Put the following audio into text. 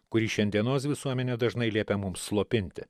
kurį šiandienos visuomenė dažnai liepia mums slopinti